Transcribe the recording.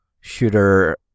shooter